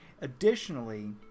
Additionally